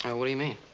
what do you mean?